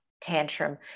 tantrum